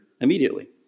immediately